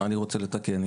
אני רוצה לתקן.